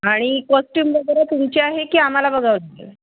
आणि कॉस्ट्युम वगैरे तुमची आहे की आम्हाला बघावं